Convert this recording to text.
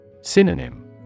Synonym